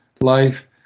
life